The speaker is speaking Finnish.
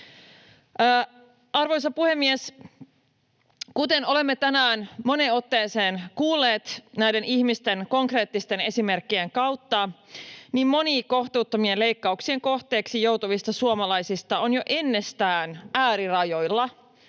Arvoisa puhemies! Kuten olemme tänään moneen otteeseen kuulleet näiden ihmisten konkreettisten esimerkkien kautta, moni kohtuuttomien leikkauksien kohteeksi joutuvista suomalaisista on jo ennestään äärirajoilla